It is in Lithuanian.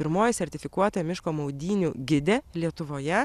pirmoji sertifikuota miško maudynių gidė lietuvoje